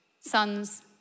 sons